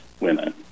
women